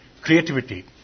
creativity